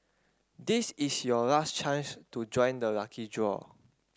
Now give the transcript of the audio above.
this is your last chance to join the lucky draw